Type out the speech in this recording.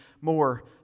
more